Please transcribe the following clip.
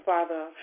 Father